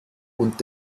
und